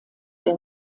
der